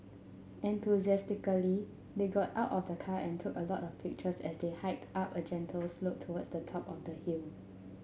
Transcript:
enthusiastically they got out of the car and took a lot of pictures as they hiked up a gentle slope towards the top of the hill